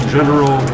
General